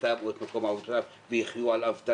פרנסתם או את מקום העבודה ויחיו על אבטלה,